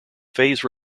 phase